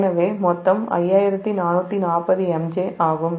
எனவே மொத்தம் 5440 MJ ஆகும்